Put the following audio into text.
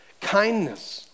kindness